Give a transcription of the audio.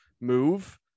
move